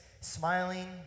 smiling